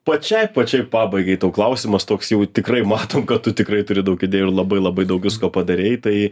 pačiai pačiai pabaigai klausimas toks jau tikrai matom kad tu tikrai turi daug idėjų ir labai labai daug visko padarei tai